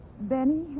Benny